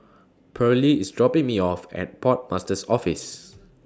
Pearly IS dropping Me off At Port Master's Office